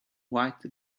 white